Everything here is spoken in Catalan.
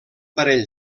parell